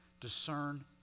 discern